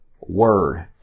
word